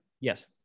Yes